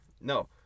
no